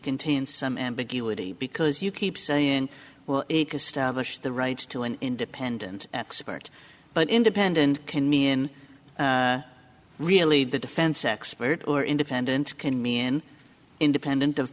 contain some ambiguity because you keep saying well it established the right to an independent expert but independent can mean really the defense expert or independent can mean independent of